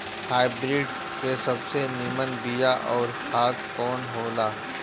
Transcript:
Hybrid के सबसे नीमन बीया अउर खाद कवन हो ला?